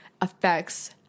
affects